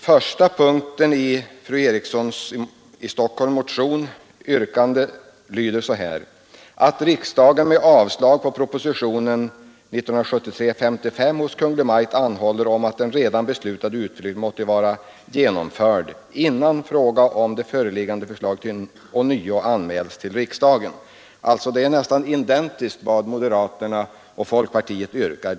Första punkten i fru Erikssons i Stockholm motionsyrkande lyder så här: ”att riksdagen med avslag på propositionen 1973:55 hos Kungl. Maj:t anhåller om att den redan beslutade utflyttningen måste vara genomförd, innan frågan om det föreliggande förslaget ånyo anmälts för riksdagen”. Det är nästan identiskt med vad moderaterna och folkpartiet yrkar.